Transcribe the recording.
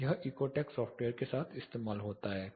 यह Ecotech software के साथ इस्तेमाल होता है